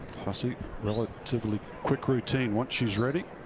fassi relatively quick routine once she's ready.